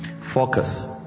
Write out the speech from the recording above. Focus